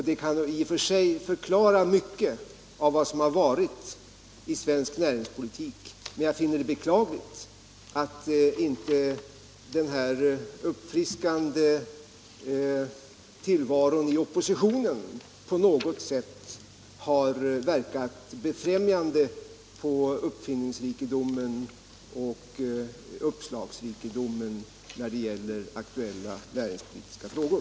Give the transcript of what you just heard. Det kan i och för sig förklara mycket av vad som har varit i svensk näringspolitik, men jag finner det beklagligt att inte den uppfriskande tillvaron i oppositionen på något sätt har verkat befrämjande på uppfinningsoch uppslagsrikedomen i aktuella näringspolitiska frågor.